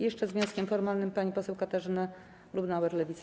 Jeszcze z wnioskiem formalnym pani poseł Katarzyna Lubnauer, Lewica.